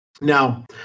Now